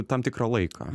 tam tikrą laiką